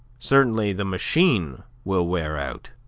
certainly the machine will wear out.